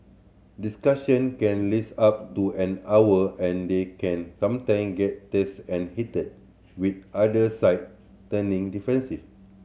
discussion can up to an hour and they can sometime get tense and heated with either side turning defensive